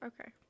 Okay